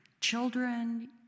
children